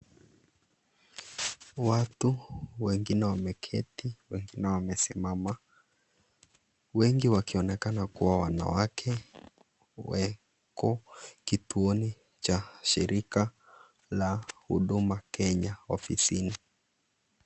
Watu, wengine wameketi, wengine wamesimama. Wengi wakionekana kuwa wanawake. Wako kituoni cha shirika la huduma Kenya ofisini.